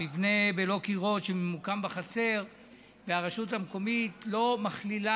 מבנה בלא קירות שממוקם בחצר והרשות המקומית לא מכלילה